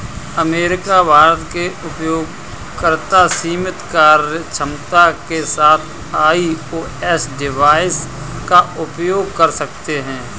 America, Bharat के उपयोगकर्ता सीमित कार्यक्षमता के साथ आई.ओ.एस डिवाइस का उपयोग कर सकते हैं